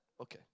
Okay